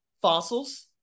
fossils